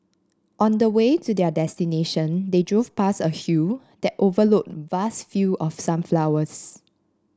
on the way to their destination they drove past a hill that overlooked vast field of sunflowers